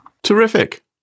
Terrific